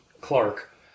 Clark